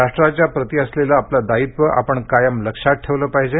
राष्ट्राच्या प्रती असलेलं आपलं दायित्व आपण कायम लक्षात ठेवलं पाहिजे